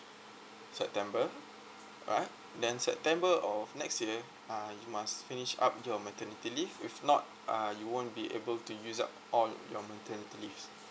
september right then september of next year uh you must finish up your maternity leave if not uh you won't be able to use up all your maternity leaves